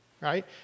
right